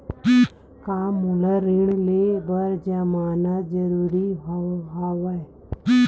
का मोला ऋण ले बर जमानत जरूरी हवय?